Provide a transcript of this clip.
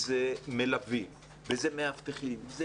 מלווים, מאבטחים.